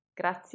Grazie